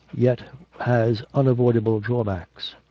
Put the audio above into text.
yet has unavoidable drawbacks.